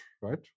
right